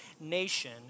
nation